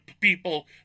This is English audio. people